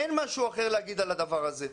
אין משהו אחר להגיד על הדבר הזה.